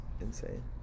insane